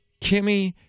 Kimmy